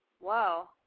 Wow